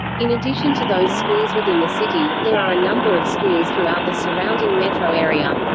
in addition to those schools within the city, there are a number of schools throughout the surrounding metro area.